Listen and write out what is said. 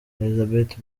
elizabeth